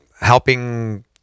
helping